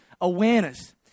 awareness